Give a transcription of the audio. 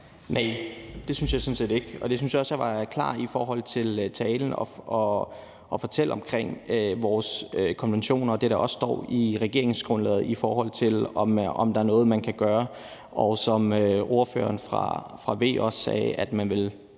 Næh, det synes jeg sådan set ikke. Og det synes jeg også at jeg var klar omkring i talen i forhold til at fortælle om vores konventioner og det, der også står i regeringsgrundlaget, i forhold til om der er noget, man kan gøre, og at man, som Venstres ordfører også sagde, vil